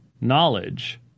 knowledge